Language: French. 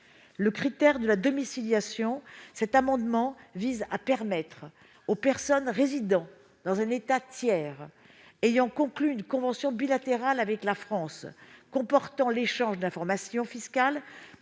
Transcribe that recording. catégories de non-résidents. Cet amendement vise à permettre aux personnes résidant dans un État tiers qui a conclu une convention bilatérale avec la France comportant un échange d'informations fiscales,